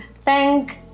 thank